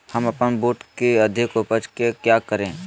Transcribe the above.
हम अपन बूट की अधिक उपज के क्या करे?